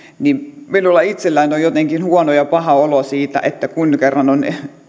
niin minulla itselläni on jotenkin huono ja paha olo siitä että kun kerran on